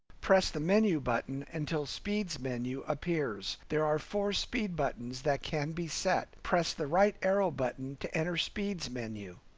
press the menu button until speeds menu appears. there are four speed buttons that can be set. press the right arrow button to enter speeds menu.